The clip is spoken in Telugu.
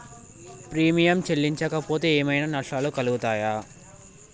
ప్రీమియం చెల్లించకపోతే ఏమైనా నష్టాలు కలుగుతయా?